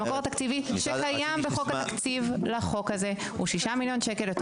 המקור התקציבי שקיים בחוק התקציב לחוק הזה הוא שישה מיליון שקל.